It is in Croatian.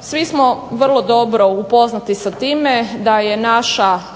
svi smo vrlo dobro upoznati sa time da je naša